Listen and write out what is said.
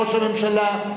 ראש הממשלה,